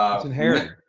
um it's inherited.